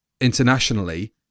internationally